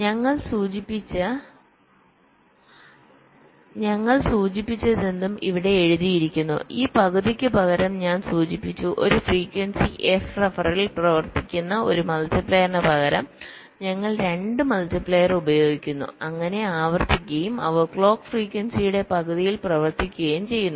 ഞങ്ങൾ സൂചിപ്പിച്ചതെന്തും ഇവിടെ എഴുതിയിരിക്കുന്നു ഈ പകുതിക്ക് പകരം ഞാൻ സൂചിപ്പിച്ചു ഒരു ഫ്രീക്വൻസി എഫ് റഫറിൽ പ്രവർത്തിക്കുന്ന ഒരു മൾട്ടിപ്ലയറിന് പകരം ഞങ്ങൾ 2 മൾട്ടിപ്ലയർ ഉപയോഗിക്കുന്നു അങ്ങനെ ആവർത്തിക്കുകയും അവ ക്ലോക്ക് ഫ്രീക്വൻസിയുടെ പകുതിയിൽ പ്രവർത്തിക്കുകയും ചെയ്യുന്നു